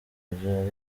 ariko